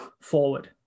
forward